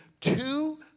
two